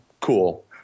cool